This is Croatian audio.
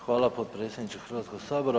Hvala potpredsjedniče Hrvatskoga sabora.